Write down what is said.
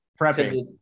Prepping